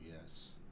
yes